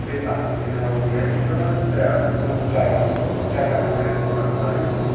بیٚیہِ ٲسۍ اَکھ ووٗمین تِم ٲسۍ ترٛےٚ آمٕتۍ تور چَکرَس کَر چَکَر کَرنہِ سۄنمَرگہِ کُن